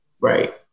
Right